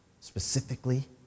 specifically